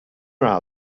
are